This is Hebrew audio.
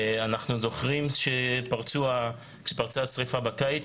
אנחנו זוכרים שפרצה השריפה בקיץ,